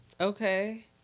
Okay